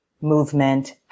movement